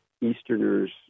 Easterners